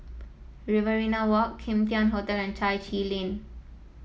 Riverina Walk Kim Tian Hotel and Chai Chee Lane